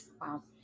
Wow